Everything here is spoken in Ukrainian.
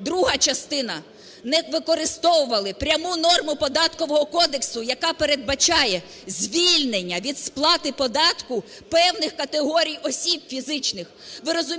друга частина, не використовували пряму норму Податкового кодексу, яка передбачає звільнення від сплати податку певних категорій осіб фізичних.